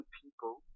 people